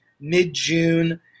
mid-June